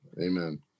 Amen